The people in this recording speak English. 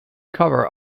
cover